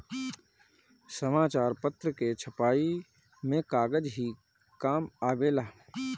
समाचार पत्र के छपाई में कागज ही काम आवेला